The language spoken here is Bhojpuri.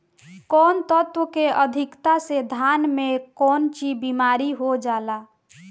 कौन तत्व के अधिकता से धान में कोनची बीमारी हो जाला?